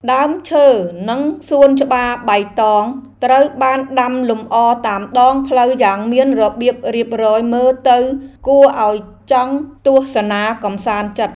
ដើមឈើនិងសួនច្បារបៃតងត្រូវបានដាំលម្អតាមដងផ្លូវយ៉ាងមានរបៀបរៀបរយមើលទៅគួរឱ្យចង់ទស្សនាកម្សាន្តចិត្ត។